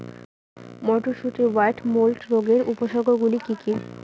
মটরশুটির white mould রোগের উপসর্গগুলি কী কী?